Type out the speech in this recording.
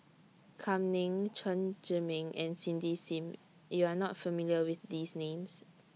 Kam Ning Chen Zhiming and Cindy SIM YOU Are not familiar with These Names